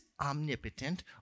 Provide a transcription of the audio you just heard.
omnipotent